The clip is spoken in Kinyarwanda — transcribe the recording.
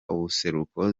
ubuseruko